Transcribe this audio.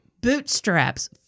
Bootstraps